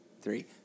three